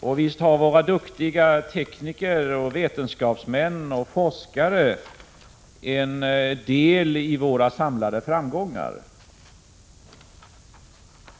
Och visst har våra duktiga tekniker, vetenskapsmän och forskare del i de samlade framgångarna.